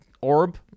orb